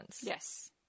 Yes